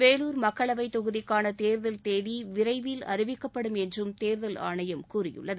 வேலூர் மக்களவைத் தொகுதிக்கான தேர்தல் தேதி விரைவில் அறிவிக்கப்படும் என்றும் தேர்தல் ஆணையம் கூறியுள்ளது